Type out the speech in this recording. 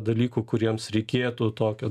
dalykų kuriems reikėtų tokio